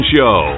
Show